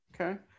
Okay